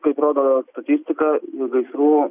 kaip rodo statistika gaisrų